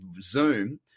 Zoom